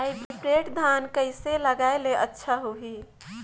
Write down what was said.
Hybrid धान कइसे लगाय ले अच्छा होही?